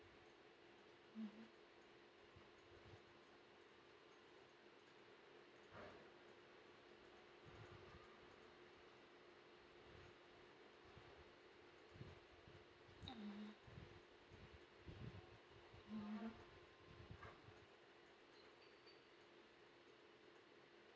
mmhmm (uh huh) mmhmm